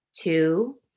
Two